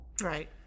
Right